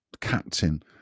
captain